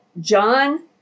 John